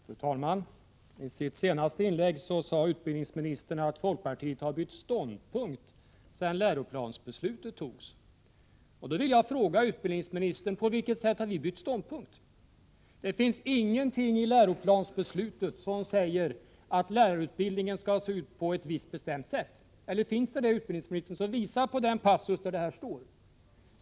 Fru talman! I sitt senaste inlägg sade utbildningsministern att folkpartiet har bytt ståndpunkt sedan man fattade beslut om läroplanen. Då vill jag fråga utbildningsministern: På vilket sätt har vi bytt ståndpunkt? Det finns ingenting i läroplansbeslutet som säger att lärarutbildningen skall se ut på ett visst bestämt sätt. Om det finns så visa den passus där det står, utbildningsministern.